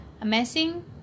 Amazing